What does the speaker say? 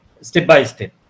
step-by-step